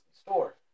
Store